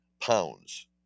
pounds